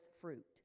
fruit